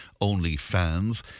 OnlyFans